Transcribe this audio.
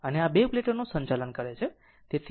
અને આ બે પ્લેટોનું સંચાલન કરે છે